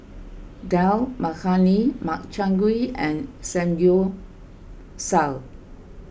Dal Makhani Makchang Gui and Samgyeopsal